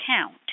count